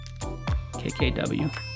KKW